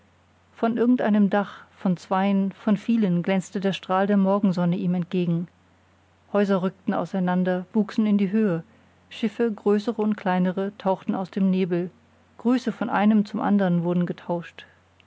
von irgendeinem dach von zweien von vielen glänzte der strahl der morgensonne ihm entgegen häuser rückten auseinander wuchsen in die höhe schiffe größere und kleinere tauchten aus dem nebel grüße von einem zum andern wurden getauscht